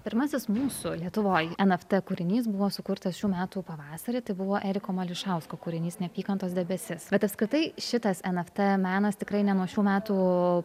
pirmasis mūsų lietuvoj en ef tė kūrinys buvo sukurtas šių metų pavasarį tai buvo eriko mališausko kūrinys neapykantos debesis bet apskritai šitas en ef tė menas tikrai ne nuo šių metų